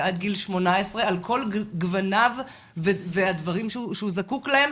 ועד גיל 18 על כל גווניו והדברים שהוא זקוק להם